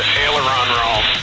aileron roll.